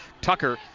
Tucker